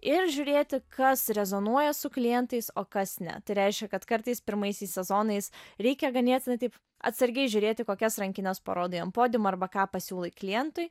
ir žiūrėti kas rezonuoja su klientais o kas ne tai reiškia kad kartais pirmaisiais sezonais reikia ganėtinai taip atsargiai žiūrėti kokias rankines parodai ant podiumo arba ką pasiūlai klientui